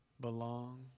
belong